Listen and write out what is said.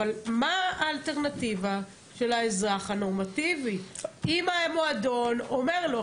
אבל מה האלטרנטיבה של האזרח הנורמטיבי אם המועדון אומר לו שהוא לא מוכן?